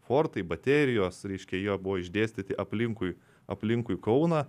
fortai baterijos reiškia jie buvo išdėstyti aplinkui aplinkui kauną